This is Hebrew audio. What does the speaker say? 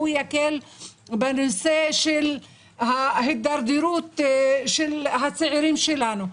הוא יקל בנושא של ההתדרדרות של הצעירים שלנו,